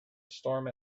storm